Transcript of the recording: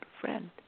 friend